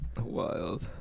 Wild